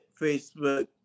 Facebook